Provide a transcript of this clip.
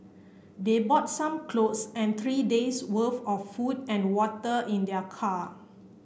they bought some clothes and three days' worth of food and water in their car